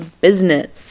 business